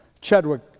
Chadwick